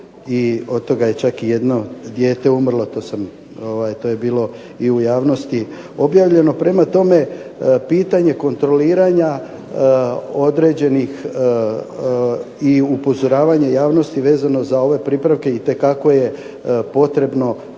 od toga je čak i jedno dijete umrlo. To je bilo u javnosti objavljeno. Prema tome, pitanje kontroliranja određenih i upozoravanja javnosti vezano za ove pripravke itekako je potrebno